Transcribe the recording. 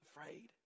afraid